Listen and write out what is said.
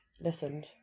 listened